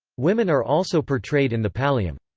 women are also portrayed in the pallium.